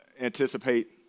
anticipate